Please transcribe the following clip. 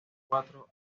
cuatro